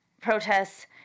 protests